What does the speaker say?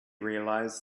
realized